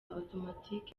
automatic